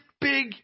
big